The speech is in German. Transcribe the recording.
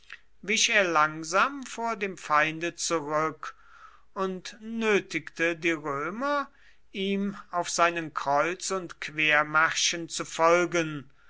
wich er langsam vor dem feinde zurück und nötigte die römer ihm auf seinen kreuz und quermärschen zu folgen